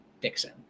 Dixon